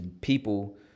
people